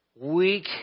weak